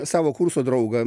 savo kurso draugą